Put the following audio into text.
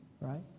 right